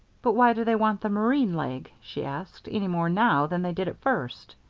but why do they want the marine leg? she asked, any more now than they did at first?